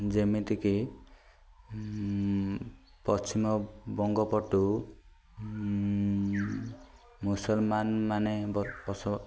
ଯେମିତିକି ପଶ୍ଚିମବଙ୍ଗ ପଟୁ ମୁସଲମାନ ମାନେ ବ ବସ